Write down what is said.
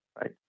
Right